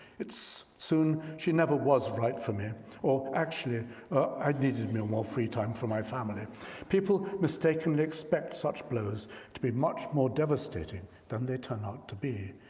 it's soon, she never was right for me or, actually i needed and more free time for my family people mistakenly expect such blows to be much more devastating than they turn out to be.